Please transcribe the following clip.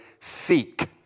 seek